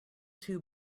two